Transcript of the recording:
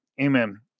amen